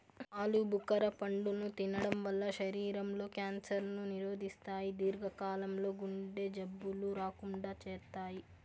ఆలు భుఖర పండును తినడం వల్ల శరీరం లో క్యాన్సర్ ను నిరోధిస్తాయి, దీర్ఘ కాలం లో గుండె జబ్బులు రాకుండా చేత్తాయి